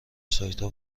سایتها